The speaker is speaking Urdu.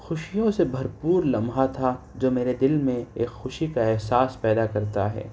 خوشیوں سے بھر پور لمحہ تھا جو میرے دل میں ایک خوشی کا احساس پیدا کرتا ہے